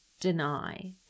deny